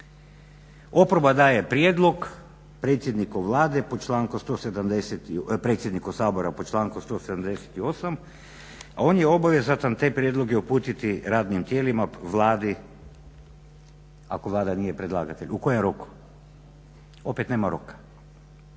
Oporba daje prijedlog predsjedniku Sabora po članku 178., a on je obvezatan te prijedloge uputiti radnim tijelima, Vladi ako Vlada nije predlagatelj. U kojem roku, opet nema roka.